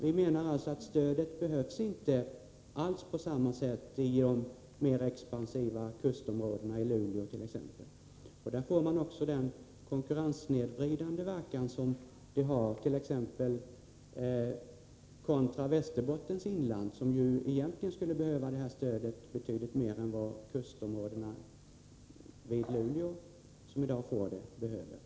Vi menar att stödet inte alls behövs på samma sätt i de mer expansiva kustområdena, exempelvis i Luleå. Ger man stöd på det sättet får man också en konkurrenssnedvridande verkan kontra exempelvis Västerbottens inland, som egentligen skulle behöva det här stödet betydligt mer än vad kustområdena vid Luleå, som i dag får det, behöver det.